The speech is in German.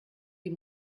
die